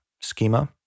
schema